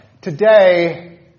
Today